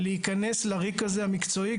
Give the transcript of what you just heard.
להיכנס לריק המקצועי הזה,